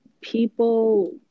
people